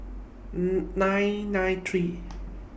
nine nine three